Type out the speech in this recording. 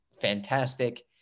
fantastic